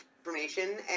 information